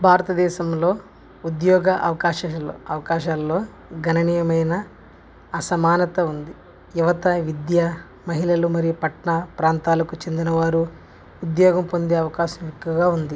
భారతదేశంలో ఉద్యోగ అవకాశాల అవకాశాల్లో గణనీయమైన అసమానత ఉంది యువత విద్యా మహిళల మరియు పట్న ప్రాంతాలకు చెందినవారు ఉద్యోగం పొందే అవకాశం ఎక్కువగా ఉంది